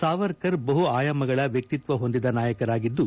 ಸಾವರ್ಕರ್ ಬಹು ಆಯಾಮಗಳ ವ್ಯಕ್ತಿತ್ವ ಹೊಂದಿದ ನಾಯಕರಾಗಿದ್ದು